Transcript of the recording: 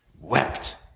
wept